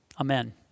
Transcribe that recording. Amen